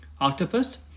Octopus